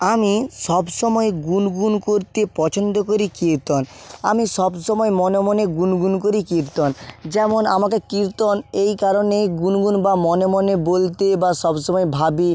আমি সবসময় গুনগুন করতে পছন্দ করি কীর্তন আমি সবসময় মনে মনে গুনগুন করি কীর্তন যেমন আমাকে কীর্তন এই কারণেই গুনগুন বা মনে মনে বলতে বা সবসময় ভাবি